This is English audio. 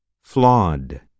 flawed